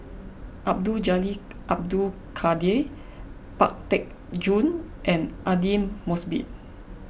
Abdul Jalil Abdul Kadir Pang Teck Joon and Aidli Mosbit